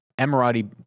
Emirati